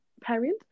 Parent